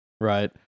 Right